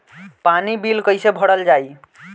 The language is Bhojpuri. पानी बिल कइसे भरल जाई?